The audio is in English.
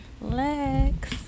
Lex